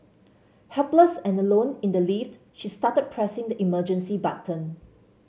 helpless and alone in the lift she started pressing the emergency button